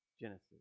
Genesis